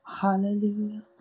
Hallelujah